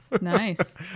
Nice